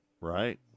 Right